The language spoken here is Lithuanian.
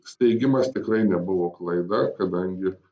steigimas tikrai nebuvo klaida kadangi